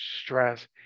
stress